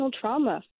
trauma